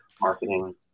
marketing